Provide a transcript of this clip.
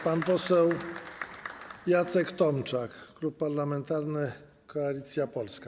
Pan poseł Jacek Tomczak, Klub Parlamentarny Koalicja Polska.